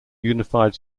unified